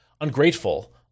ungrateful